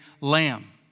lamb